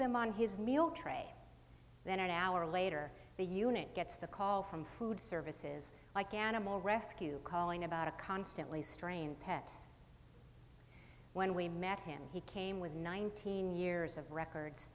them on his meal tray then an hour later the unit gets the call from food services like animal rescue calling about a constantly strained pet when we met him he came with nineteen years of records